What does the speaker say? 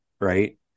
right